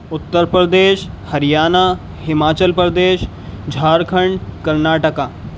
Uttar Pradesh Haryana Himachal Pradesh Jharkhand Karnataka